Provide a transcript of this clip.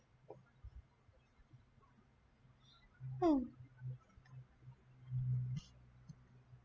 mm